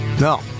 No